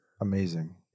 amazing